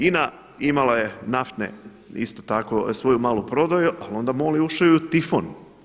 INA imala je naftne, isto tako svoju malu prodaju ali onda MOL je ušao i u Tifon.